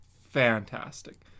fantastic